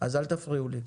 אז אל תפריעו לי.